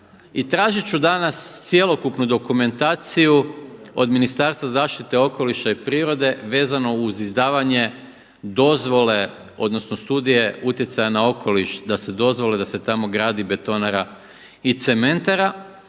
tražit ću danas cjelokupnu dokumentaciju od Ministarstva zaštite okoliša i prirode vezano uz izdavanje dozvole, odnosno studije utjecaja na okoliš da se dozvole da se tamo gradi betonara i cementara.